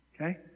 okay